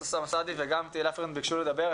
חברי הכנסת אוסאמה סעדי ותהלה פרידמן ביקשו לדבר.